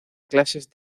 clases